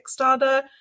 Kickstarter